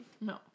No